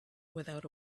without